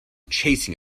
chasing